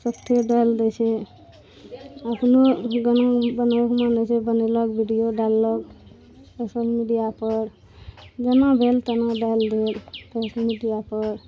इकट्ठे डालि दै छै अखनो गाना बनबैके मन होइ छै बनेलक वीडियो डाललक सोशल मीडिआ पर जेना भेल तेना डालि देलक सोशल मीडिआ पर